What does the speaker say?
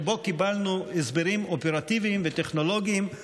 שבו קיבלנו הסברים אופרטיביים וטכנולוגיים,